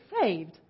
saved